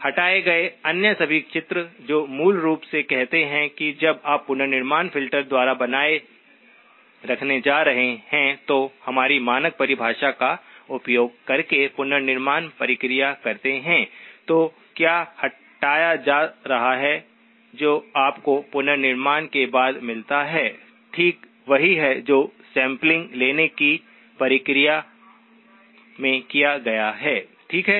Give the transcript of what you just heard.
हटाए गए अन्य सभी चित्र जो मूल रूप से कहते हैं कि जब आप पुनर्निर्माण फ़िल्टर द्वारा बनाए रखने जा रहे हैं की हमारी मानक परिभाषा का उपयोग करके पुनर्निर्माण प्रक्रिया करते हैं तो क्या हटाया जा रहा है जो आपको पुनर्निर्माण के बाद मिलता है ठीक वही है जो सैंपलिंग लेने की प्रक्रिया में किया गया हैं ठीक है